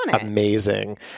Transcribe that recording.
amazing